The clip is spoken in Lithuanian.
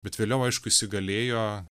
bet vėliau aišku įsigalėjo